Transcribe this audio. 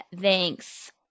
thanks